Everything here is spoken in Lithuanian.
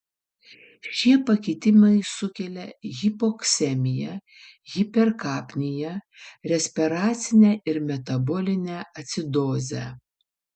šie pakitimai sukelia hipoksemiją hiperkapniją respiracinę ir metabolinę acidozę